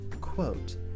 quote